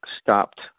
stopped